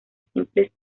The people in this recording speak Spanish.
simples